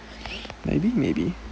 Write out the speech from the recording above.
maybe maybe